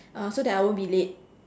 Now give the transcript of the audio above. uh so that I won't be late